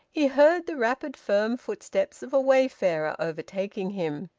he heard the rapid firm footsteps of a wayfarer overtaking him.